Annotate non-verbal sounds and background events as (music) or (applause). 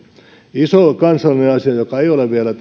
iso kansallinen asia joka ei ole vielä (unintelligible)